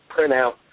printout